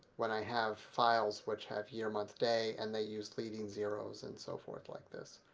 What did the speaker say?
when i have files which have year-month-day and they use leading zeroes and so forth like this